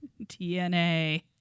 TNA